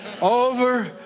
Over